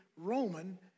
Roman